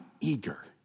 eager